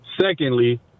Secondly